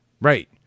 Right